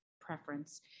preference